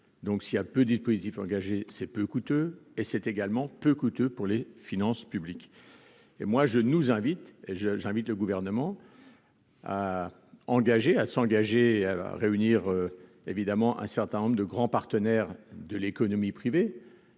donc, s'il a peu dispositif engagé c'est peu coûteux et c'est également peu coûteux pour les finances publiques, et moi je nous invite et je j'invite le gouvernement. Ah engager à s'engager à réunir évidemment un certain nombre de grands partenaires de l'économie privée